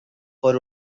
por